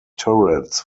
turrets